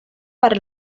para